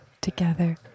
together